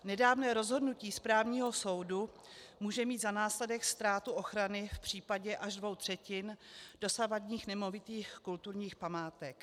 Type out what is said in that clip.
Nedávné rozhodnutí správního soudu může mít za následek ztrátu ochrany v případě až dvou třetin dosavadních nemovitých kulturních památek.